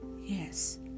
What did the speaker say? Yes